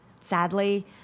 Sadly